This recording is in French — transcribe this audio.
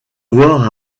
voir